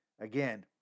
Again